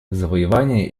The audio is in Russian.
завоевания